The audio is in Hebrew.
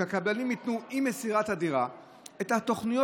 שהקבלנים ייתנו עם מסירת הדירה את תוכניות